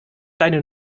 deine